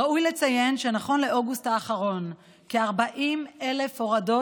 ראוי לציין שעד אוגוסט האחרון כ-40,000 הורדות